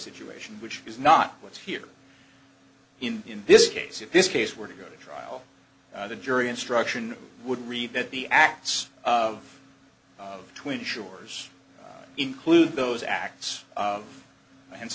situation which is not what's here in this case if this case were to go to trial the jury instruction would read that the acts of of twin shores include those acts of